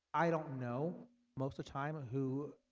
i don't know most of time who